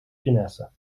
finesse